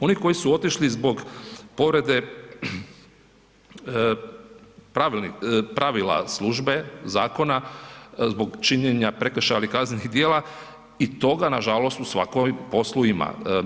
Oni koji su otišli zbog povrede pravila službe, zakona, zbog činjenja prekršaja ili kaznenih djela i toga nažalost u svakom poslu ima.